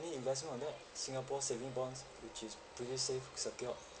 investment on that singapore saving bonds which is pretty safe secure